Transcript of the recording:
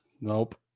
Nope